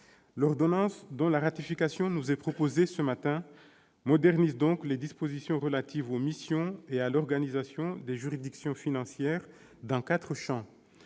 L'ordonnance dont la ratification nous est proposée ce matin modernise donc les dispositions relatives aux missions et à l'organisation des juridictions financières dans quatre champs.